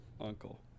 uncle